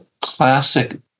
classic